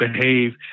behave